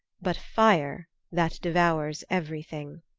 but fire that devours everything.